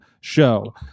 Show